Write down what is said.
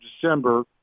December